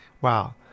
wow